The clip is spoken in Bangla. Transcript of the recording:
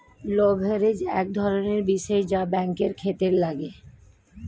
লেভারেজ এক ধরনের বিষয় যা ব্যাঙ্কের ক্ষেত্রে লাগে